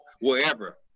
wherever